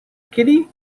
kitty